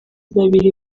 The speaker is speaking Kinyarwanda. babiri